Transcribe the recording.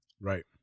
right